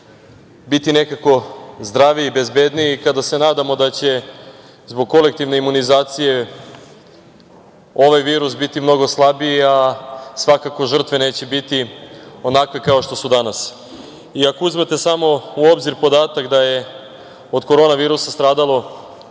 biti nekako zdraviji, bezbedniji i kada se nadamo da će zbog kolektivne imunizacije ovaj virus biti mnogo slabiji, a svakako žrtve neće biti onakve kao što su danas. Ako uzmete samo u obzir podatak da je od korona virusa stradalo